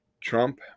Trump